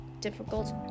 difficult